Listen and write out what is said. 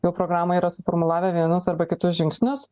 jau programoj yra suformulavę vienus arba kitus žingsnius